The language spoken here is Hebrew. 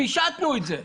פישטנו את זה.